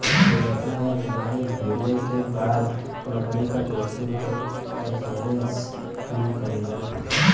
दुर्घटना या बीमारी भइले क बाद नौकरी क जोखिम क इ इन्शुरन्स कम करेला